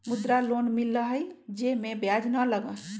मुद्रा लोन मिलहई जे में ब्याज न लगहई?